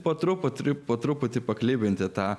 po truputį po truputį paklibinti tą